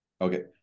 Okay